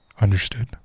understood